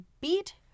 beat